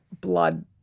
blood